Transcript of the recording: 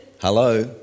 Hello